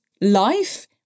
life